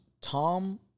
Tom